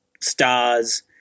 stars